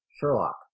Sherlock